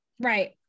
Right